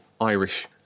Irish